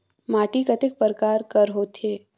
माटी कतेक परकार कर होथे?